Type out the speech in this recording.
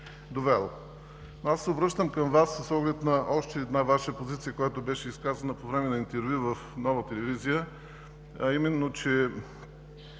Аз се обръщам към Вас с оглед на още една Ваша позиция, която беше изказана по време на интервю в „Нова телевизия“, а именно, че